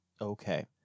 Okay